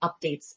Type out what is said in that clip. updates